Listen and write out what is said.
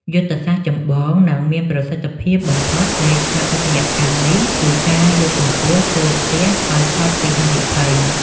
យុទ្ធសាស្ត្រចម្បង និងមានប្រសិទ្ធភាពបំផុតនៃស្ថាបត្យកម្មនេះ គឺការលើកកម្ពស់តួផ្ទះឱ្យផុតពីហានិភ័យ។